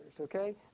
okay